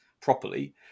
properly